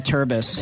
Turbis